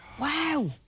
Wow